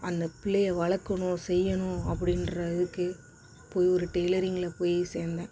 அந்த பிள்ளையை வளர்க்கணும் செய்யணும் அப்படின்ற இதுக்கு போய் ஒரு டெய்லரிங்கில் போய் சேர்ந்தேன்